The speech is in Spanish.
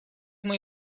muy